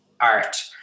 art